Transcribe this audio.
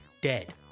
Dead